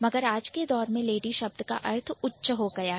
मगर आज के दौर में लेडी शब्द का अर्थ उच्च हो गया है